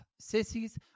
Sissies